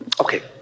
Okay